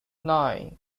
nine